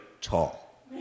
tall